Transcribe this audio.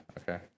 okay